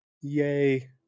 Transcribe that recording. Yay